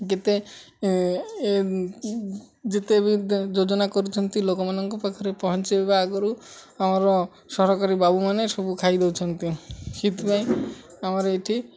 କେତେ ଯେତେ ବି ଯୋଜନା କରୁଛନ୍ତି ଲୋକମାନଙ୍କ ପାଖରେ ପହଞ୍ଚାଇବା ଆଗରୁ ଆମର ସରକାରୀ ବାବୁମାନେ ସବୁ ଖାଇ ଦଉଛନ୍ତି ସେଥିପାଇଁ ଆମର ଏଇଠି